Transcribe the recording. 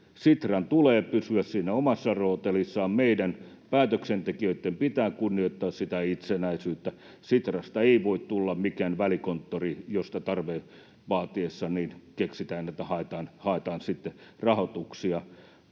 Sitran tulee pysyä siinä omassa rootelissaan. Meidän päätöksentekijöitten pitää kunnioittaa sitä itsenäisyyttä. Sitrasta ei voi tulla mikään välikonttori niin että tarpeen vaatiessa keksitään, että haetaan sieltä rahoituksia.